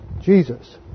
Jesus